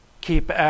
keep